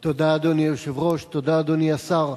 תודה, אדוני היושב-ראש, תודה, אדוני השר.